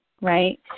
Right